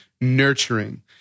nurturing